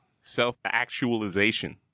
Self-actualization